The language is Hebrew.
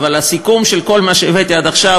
אבל הסיכום של כל מה שהבאתי עד עכשיו